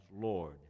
Lord